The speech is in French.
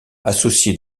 associé